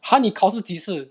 !huh! 你考试几时